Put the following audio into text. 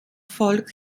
volk